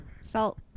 salt